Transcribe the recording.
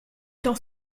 dans